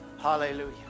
Hallelujah